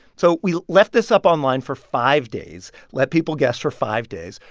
so we left this up online for five days let people guess for five days.